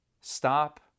stop